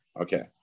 Okay